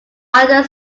either